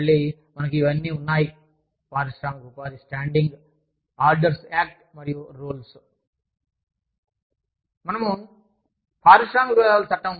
మళ్ళీ మనకు ఇవి ఉన్నాయి పారిశ్రామిక ఉపాధి స్టాండింగ్ ఆర్డర్స్ యాక్ట్ మరియు రూల్స్